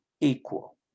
equal